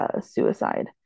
Suicide